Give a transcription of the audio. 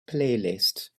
playlist